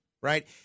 right